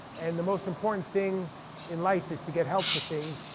and the most important thing in life is to get help for things,